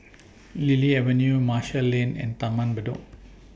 Lily Avenue Marshall Lane and Taman Bedok